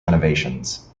renovations